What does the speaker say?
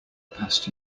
past